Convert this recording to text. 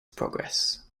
progress